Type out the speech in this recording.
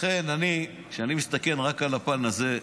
לכן, כשאני מסתכל רק על הפן הזה,